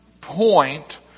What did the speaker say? point